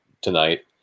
tonight